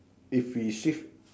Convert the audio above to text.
if we shift